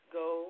go